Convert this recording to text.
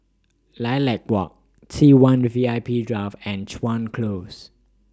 Lilac Walk T one V I P Drive and Chuan Close